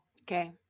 Okay